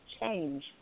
change